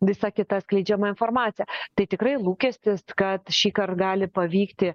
visa kita skleidžiama informacija tai tikrai lūkestis kad šįkart gali pavykti